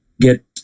get